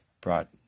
brought